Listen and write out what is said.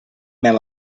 mel